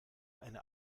eine